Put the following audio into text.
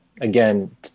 again